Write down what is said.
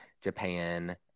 japan